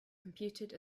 computed